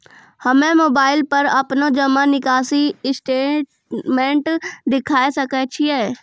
हम्मय मोबाइल पर अपनो जमा निकासी स्टेटमेंट देखय सकय छियै?